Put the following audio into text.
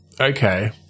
Okay